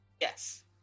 Yes